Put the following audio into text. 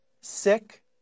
sick